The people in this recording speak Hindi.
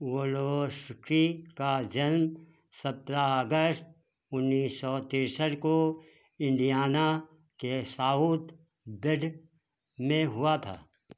वलोर्स्की का जन्म सत्रह अगस्त उन्नीस सौ तिरसठ को इंडियाना के साउथ बेड में हुआ था